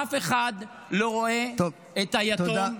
אף אחד לא רואה את היתום,